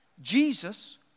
Jesus